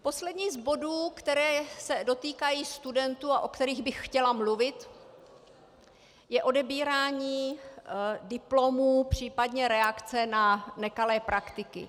Poslední z bodů, které se dotýkají studentů a o kterých bych chtěla mluvit, je odebírání diplomů, případně reakce na nekalé praktiky.